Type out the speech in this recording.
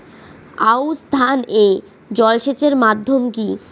আউশ ধান এ জলসেচের মাধ্যম কি?